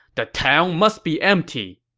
the town must be empty.